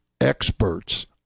experts